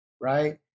right